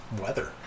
weather